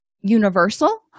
universal